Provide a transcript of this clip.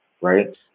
right